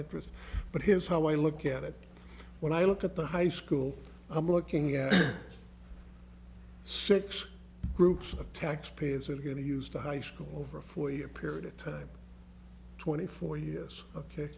interest but here's how i look at it when i look at the high school i'm looking at six groups of taxpayers are going to use to high school over a four year period of time twenty four years ok